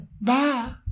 Bye